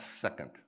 second